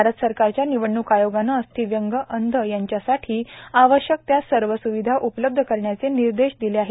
भारत सरकारच्या निवडणुक आयोगाने अस्थिव्यंग अंध यांच्यासाठी आवश्यक त्या सर्व सुविधा उपलब्ध करण्याचे निर्देश दिले आहेत